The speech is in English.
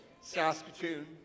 Saskatoon